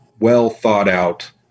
well-thought-out